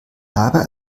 dabei